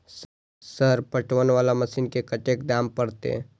Sir पटवन वाला machine के कतेक दाम परतें?